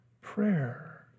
Prayer